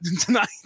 tonight